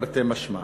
תרתי משמע,